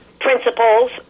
principles